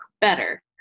better